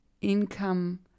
income